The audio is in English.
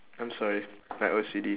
I'm sorry like O_C_D